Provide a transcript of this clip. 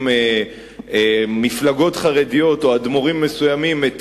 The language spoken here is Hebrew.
עם מפלגות חרדיות או עם אדמו"רים מסוימים את